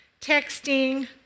texting